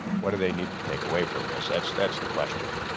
what do they need to take away from this. that's that's the question.